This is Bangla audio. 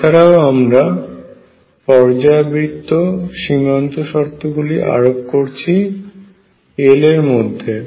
এছাড়াও আমরা পর্যায়বৃত্ত সীমান্ত শর্তগুলি আরোপ করেছি L এর মধ্যে